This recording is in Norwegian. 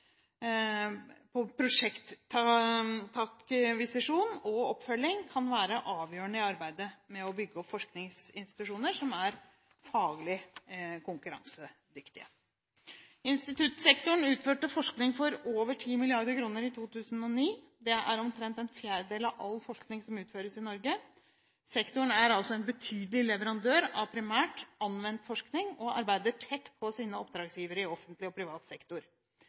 på prosjektakkvisisjon og -oppfølging kan være avgjørende i arbeidet med å bygge opp forskningsinstitusjoner som er faglig konkurransedyktige. Instituttsektoren utførte forskning for over 10 mrd. kr i 2009. Det er om lag en fjerdedel av all forskning som utføres i Norge. Sektoren er altså en betydelig leverandør av – primært – anvendt forskning og arbeider tett på sine oppdragsgivere i offentlig og privat sektor.